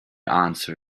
answered